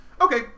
okay